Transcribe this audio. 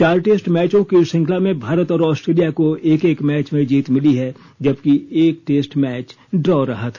चार टेस्ट मैचों की इस श्रंखला में भारत और आस्ट्रेलिया को एक एक मैच में जीत मिली है जबकि एक टेस्ट मैच ड्रॉ रहा था